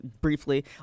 briefly